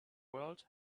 world